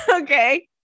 Okay